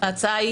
ההצעה היא